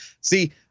See